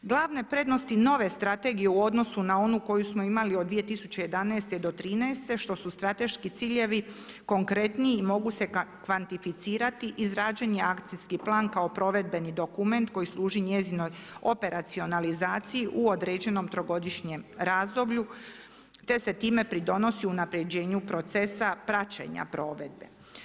Glavne prednosti nove strategije u odnosu na onu koju smo imali od 2011.-2013. što su strateški ciljevi konkretniji i mogu se kvantificirati izrađen je akcijski plan, kao provedbeni dokument koji služi njezinoj operacionalizaciji u određenom trogodišnjem razdoblju, te se time pridonosi unaprjeđenju procesa praćenja provedbe.